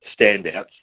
standouts